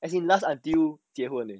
as in last until 结婚